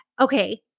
okay